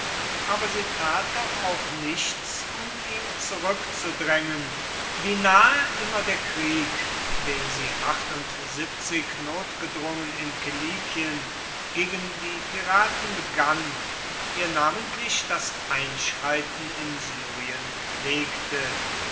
aber sie tat doch auch nichts um ihn zurückzudrängen wie nahe immer der krieg den sie notgedrungen in kilikien gegen die piraten begann ihr namentlich das einschreiten in syrien legte